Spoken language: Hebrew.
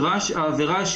או